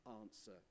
answer